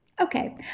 Okay